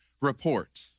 report